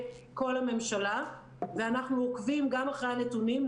כל הממשלה ואנחנו עוקבים גם אחרי הנתונים.